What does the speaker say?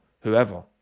whoever